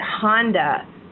Honda